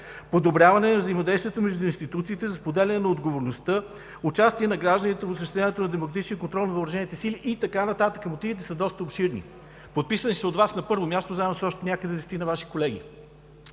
подобряване взаимодействието между институциите за споделяне на отговорността; участие на гражданите в осъществяването на демократичния контрол на въоръжените сили и така нататък. Мотивите са доста обширни. Подписани са от Вас, на първо място, заедно с още десетина Ваши колеги.